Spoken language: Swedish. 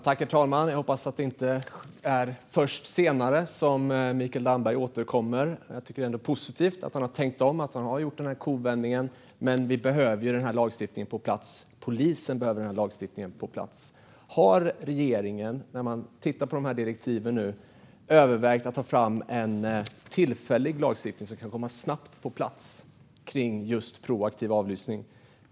Herr talman! Jag hoppas att det inte är "först senare" som Mikael Damberg återkommer. Jag tycker ändå att det är positivt att han har tänkt om och gjort den här kovändningen. Men vi behöver få den här lagstiftningen på plats. Polisen behöver den. Har regeringen under arbetet med direktiven övervägt att ta fram en tillfällig lagstiftning som kan komma på plats snabbt om just proaktiv avlyssning?